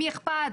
למי אכפת,